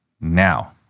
now